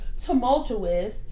tumultuous